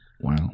wow